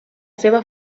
seva